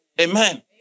Amen